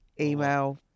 email